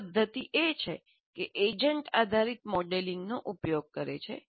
એક પદ્ધતિ એ છે કે એજન્ટ આધારિત મોડેલિંગનો ઉપયોગ કરે છે